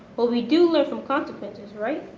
well we do learn from consequences, right?